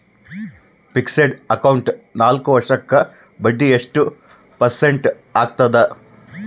Fixed account ನಾಲ್ಕು ವರ್ಷಕ್ಕ ಬಡ್ಡಿ ಎಷ್ಟು ಪರ್ಸೆಂಟ್ ಆಗ್ತದ?